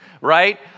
right